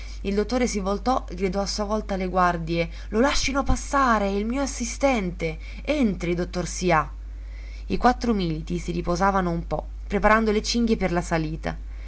il dottore si voltò e gridò a sua volta alle guardie lo lascino passare è il mio assistente entri dottor sià i quattro militi si riposavano un po preparando le cinghie per la salita